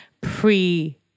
pre